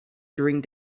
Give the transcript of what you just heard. during